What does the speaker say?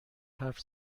حرف